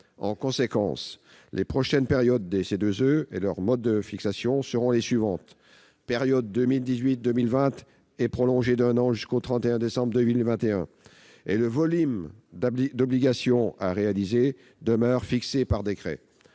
En conséquence, les prochaines périodes des CEE et leur mode de fixation seront les suivants : la période 2018-2020 est prolongée d'un an, jusqu'au 31 décembre 2021 et le volume d'obligations à réaliser demeure fixé par décret